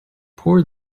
pour